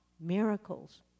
miracles